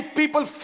people